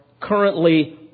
currently